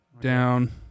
down